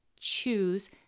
choose